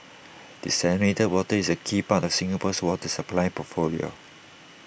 desalinated water is A key part of Singapore's water supply portfolio